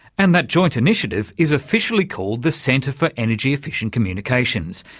and that joint initiative is officially called the centre for energy efficient telecommunications.